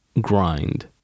grind